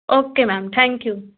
okay ma'am thank you